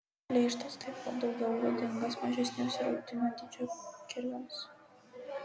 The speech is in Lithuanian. pleištas taip pat daugiau būdingas mažesniems ir vidutinio dydžio kirviams